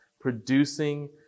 producing